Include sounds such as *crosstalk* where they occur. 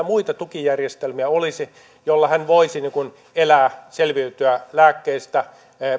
*unintelligible* muita tukijärjestelmiä olisi joilla hän voisi elää selviytyä lääkkeistä